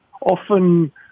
Often